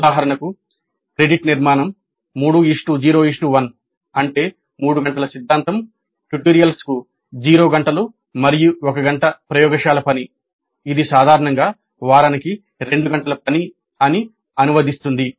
ఉదాహరణకు క్రెడిట్ నిర్మాణం 3 0 1 అంటే మూడు గంటల సిద్ధాంతం ట్యుటోరియల్స్ కు జీరో గంటలు మరియు ఒక గంట ప్రయోగశాల పని ఇది సాధారణంగా వారానికి రెండు గంటల పని అని అనువదిస్తుంది